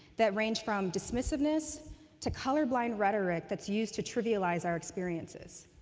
that range from dismissiveness to colorblind rhetoric that's used to trivialize our experiences.